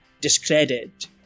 discredit